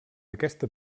aquesta